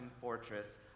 fortress